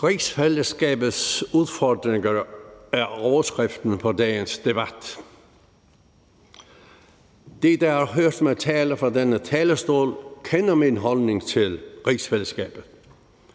Rigsfællesskabets udfordringer er overskriften for dagens debat. De, der har hørt mig tale fra denne talerstol, kender min holdning til rigsfællesskabet